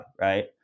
right